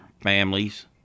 families